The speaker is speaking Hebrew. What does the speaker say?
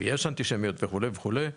יש אנטישמיות וכו' וכו',